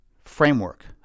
framework